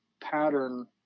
pattern